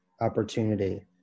opportunity